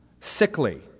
Sickly